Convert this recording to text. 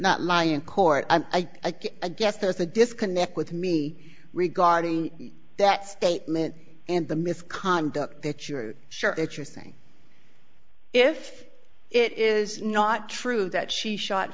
not lie in court against there's a disconnect with me regarding that statement and the misconduct that you're sure that you're saying if it is not true that she shot